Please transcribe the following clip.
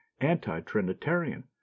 anti-trinitarian